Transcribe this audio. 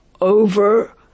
over